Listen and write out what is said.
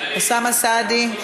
אוסאמה סעדי,